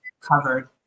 covered